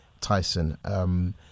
Tyson